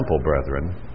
brethren